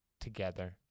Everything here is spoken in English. together